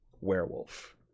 werewolf